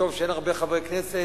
וטוב שאין הרבה חברי כנסת,